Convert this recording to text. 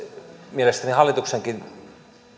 mielestäni hallituksenkin